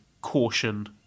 caution